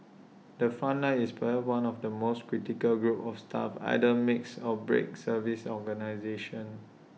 the front line is perhaps one of the most critical groups of staff either makes or breaks service organisations